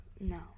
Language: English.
No